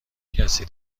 کسی